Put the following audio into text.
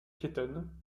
piétonne